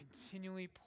continually